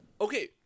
Okay